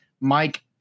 Mike